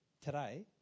today